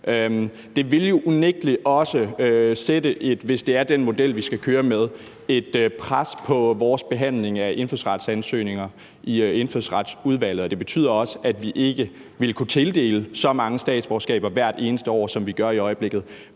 Det ville jo unægtelig også sætte – hvis det er den model, vi skal køre med – et pres på vores behandling af indfødsretsansøgninger i Indfødsretsudvalget, og det ville også betyde, at vi ikke ville kunne tildele så mange statsborgerskaber hvert eneste år, som vi gør i øjeblikket.